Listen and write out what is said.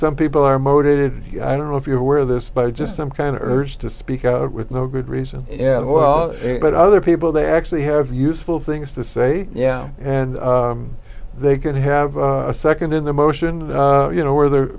some people are motivated i don't know if you're aware of this by just some kind of urge to speak out with no good reason yeah well but other people they actually have useful things to say yeah and they could have a nd in the motion you know where there are